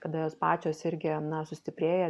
kada jos pačios irgi na sustiprėja